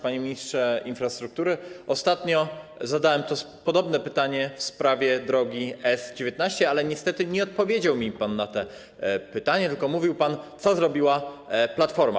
Panie ministrze infrastruktury, ostatnio zadałem podobne pytanie w sprawie drogi S19, ale niestety nie odpowiedział mi pan na to pytanie, tylko mówił pan, co zrobiła Platforma.